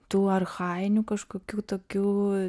tų archainių kažkokių tokių